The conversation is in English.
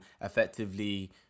effectively